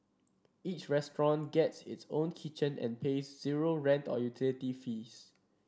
each restaurant gets its own kitchen and pays zero rent or utility fees